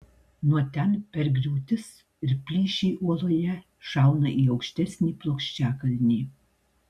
nuo ten per griūtis ir plyšį uoloje šauna į aukštesnį plokščiakalnį